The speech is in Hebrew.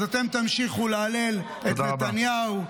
אז אתם תמשיכו להלל את נתניהו,